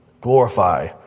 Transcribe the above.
glorify